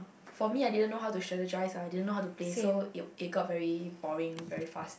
for me I didn't know how to strategize I didn't know how to play so it it got very boring very fast